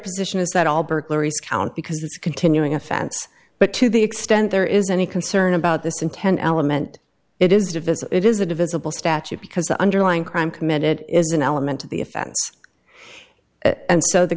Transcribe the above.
position is that all burglaries count because it's continuing offense but to the extent there is any concern about this intent aliment it is to visit is a divisible statute because the underlying crime committed is an element of the offense and so th